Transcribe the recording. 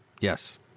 Yes